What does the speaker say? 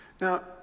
Now